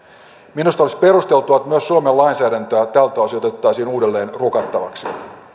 minusta olisi perusteltua että myös suomen lainsäädäntöä tältä osin otettaisiin uudelleen rukattavaksi arvoisa